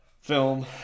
film